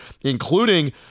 including